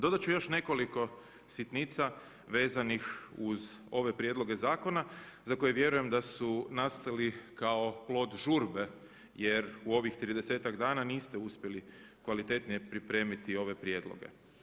Dodat ću još nekoliko sitnica vezanih uz ove prijedloge zakona za koje vjerujem da su nastali kao plod žurbe jer u ovih tridesetak dana niste uspjeli kvalitetnije pripremiti ove prijedloge.